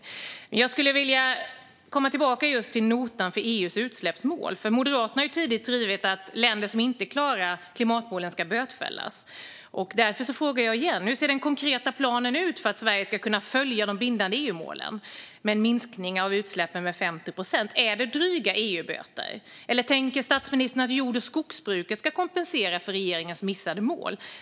Jag skulle vilja komma tillbaka till just notan för att inte nå EU:s utsläppsmål. Moderaterna har tydligt drivit att länder som inte klarar att nå klimatmålen ska bötfällas. Därför frågar jag igen: Hur ser den konkreta planen ut för att Sverige ska kunna följa lagstiftningen om de bindande EU-målen om en minskning av utsläppen med 50 procent? Är det att betala dryga EU-böter? Eller tänker statsministern att jord och skogsbruket ska kompensera för regeringens missade mål?